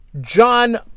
John